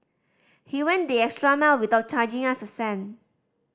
he went the extra mile without charging us a cent